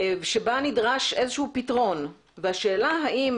שבה נדרש איזה שהוא פתרון והשאלה האם